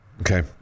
Okay